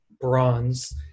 bronze